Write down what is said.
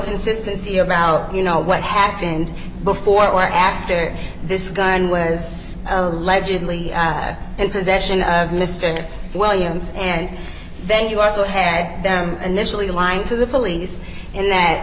consistency your mouth you know what happened before or after this gun was allegedly in possession of mr williams and then you also head them initially lying to the police in that